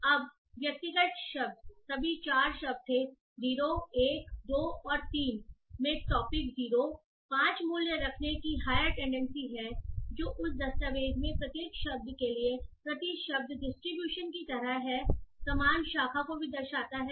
अब इंडिविजुअल शब्द सभी 4 शब्द थे 0 1 2 और 3 की टॉपिक 0 से संबंधित होने की हायर टेंडेंसी है 5 वैल्यू जो उस दस्तावेज़ में प्रत्येक शब्द के लिए प्रति शब्द डिस्ट्रीब्यूशन की तरह है समान ब्रांच को भी दर्शाता है